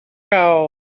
goal